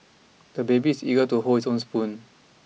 the baby is eager to hold his own spoon